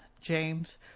James